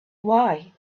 why